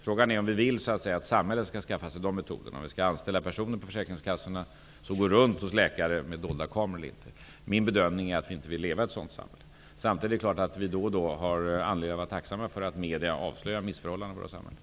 Frågan är om vi vill att samhället skall skaffa sig de metoderna och om vi skall anställa personer på försäkringskassorna som går runt hos läkare med dolda kameror eller inte. Min bedömning är att vi inte vill leva i ett sådant samhälle. Samtidigt är det klart att vi då och då har anledning att vara tacksamma för att medierna avslöjar missförhållanden i vårt samhälle.